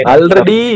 Already